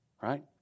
right